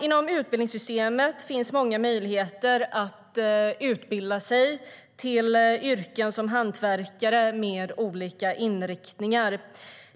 Inom utbildningssystemet finns många möjligheter att utbilda sig till hantverksyrken med olika inriktningar.